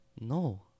No